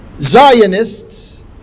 Zionists